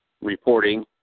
reporting